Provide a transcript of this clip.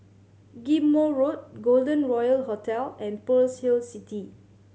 Ghim Moh Road Golden Royal Hotel and Pearl's Hill City